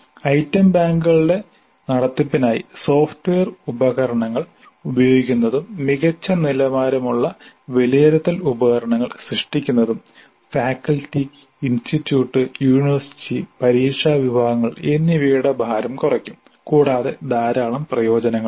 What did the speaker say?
item ബാങ്കുകളുടെ നടത്തിപ്പിനായി software ഉപകരണങ്ങൾ ഉപയോഗിക്കുന്നതും മികച്ച നിലവാരമുള്ള വിലയിരുത്തൽ ഉപകരണങ്ങൾ സൃഷ്ടിക്കുന്നതും ഫാക്കൽറ്റി ഇൻസ്റ്റിറ്റ്യൂട്ട് യൂണിവേഴ്സിറ്റി പരീക്ഷാ വിഭാഗങ്ങൾ എന്നിവയുടെ ഭാരം കുറയ്ക്കും കൂടാതെ ധാരാളം പ്രയോജനങ്ങളും